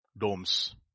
Domes